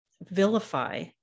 vilify